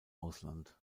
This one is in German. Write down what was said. ausland